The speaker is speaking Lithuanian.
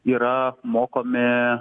yra mokomi